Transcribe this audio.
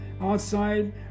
outside